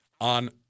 on